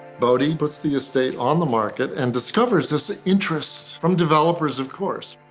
boddy puts the estate on the market and discovers this ah interest from developers of course.